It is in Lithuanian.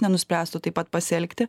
nenuspręstų taip pat pasielgti